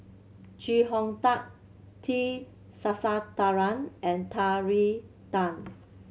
Chee Hong Tat T Sasitharan and Terry Tan